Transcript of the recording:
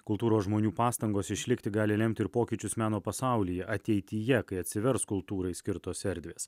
kultūros žmonių pastangos išlikti gali lemti ir pokyčius meno pasaulyje ateityje kai atsivers kultūrai skirtos erdvės